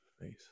face